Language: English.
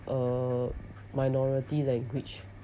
a minority language